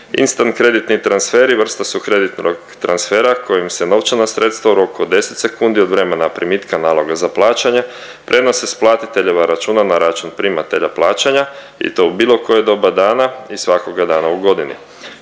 Instant kreditni transferi vrsta su kreditnog transfera kojim se novčana sredstva u roku od 10 sekundi od vremena primitka naloga za plaćanje prenose s platiteljeva računa na račun primatelja plaćanja i to u bilo koje doba dana i svakoga dana u godini.